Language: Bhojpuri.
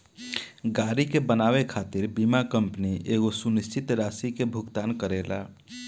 गाड़ी के बनावे खातिर बीमा कंपनी एगो सुनिश्चित राशि के भुगतान करेला